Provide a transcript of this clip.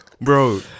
Bro